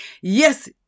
Yes